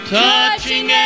touching